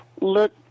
look